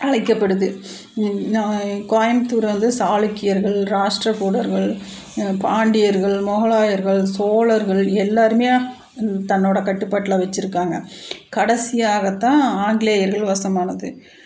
அழைக்கப்படுது கோயம்புத்தூர் வந்து சாளுக்கியர்கள் ராஷ்டிரகூடர்கள் பாண்டியர்கள் மொகலாயர்கள் சோழர்கள் எல்லோருமே தன்னோட கட்டுப்பாட்டில் வச்சுருக்காங்க கடைசியாகத்தான் ஆங்கிலேயர்கள் வசமானது